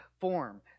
form